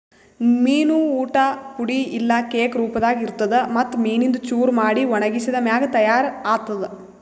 ಮೀನು ಊಟ್ ಪುಡಿ ಇಲ್ಲಾ ಕೇಕ್ ರೂಪದಾಗ್ ಇರ್ತುದ್ ಮತ್ತ್ ಮೀನಿಂದು ಚೂರ ಮಾಡಿ ಒಣಗಿಸಿದ್ ಮ್ಯಾಗ ತೈಯಾರ್ ಆತ್ತುದ್